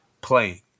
playing